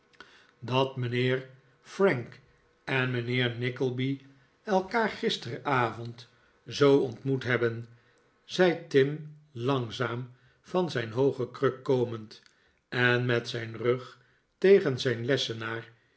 dat mijnheer frank en mijnheer nickleby elkaar gisteravond zoo ontmoet hebben zei tim langzaam van zijn hooge kruk komend en met zijn rug tegen zijn lessenaar